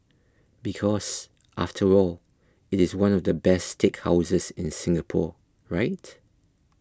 because after all it is one of the best steakhouses in Singapore right